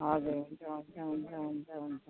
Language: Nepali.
हजुर हुन्छ हुन्छ हुन्छ हुन्छ हुन्छ